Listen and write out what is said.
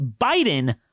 Biden